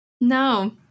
No